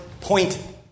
point